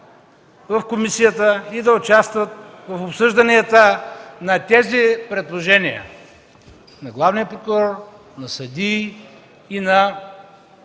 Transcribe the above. в комисията и да участват в обсъжданията на тези предложения на главния прокурор, на съдии и на